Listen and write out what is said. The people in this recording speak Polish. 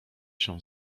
się